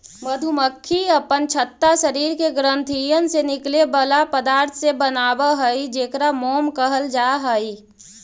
मधुमक्खी अपन छत्ता शरीर के ग्रंथियन से निकले बला पदार्थ से बनाब हई जेकरा मोम कहल जा हई